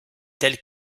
telle